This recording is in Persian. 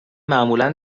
معمولا